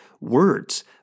words